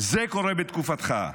זה קורה בתקופתך,